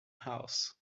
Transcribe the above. house